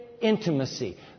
intimacy